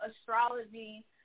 astrology